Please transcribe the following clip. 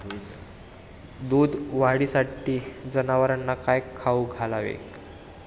दूध वाढीसाठी जनावरांना काय खाऊ घालावे?